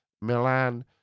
Milan